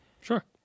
sure